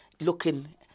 looking